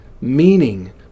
meaning